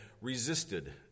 resisted